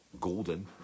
golden